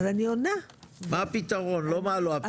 לא מה לא הפתרון?